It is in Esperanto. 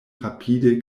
rapide